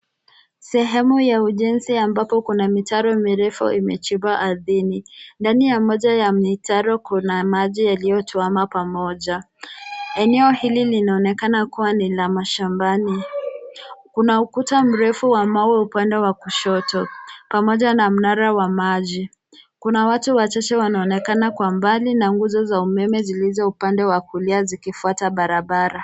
Sehemu ya ujenzi ambapo kuna mitaro mirefu imechibwa ardhini. Ndani ya moja ya mitaro kuna maji yaliyotuama pamoja. Eneo hili linaonekana kuwa ni la mashambani. Kuna ukuta mrefu wa mawe upande wa kushoto pamoja na mnara wa maji. Kuna watu wachache wanaonekana kwa mbali na nguzo za umeme zilizo upande wa kulia zikifuata barabara.